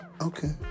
Okay